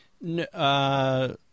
No